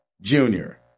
junior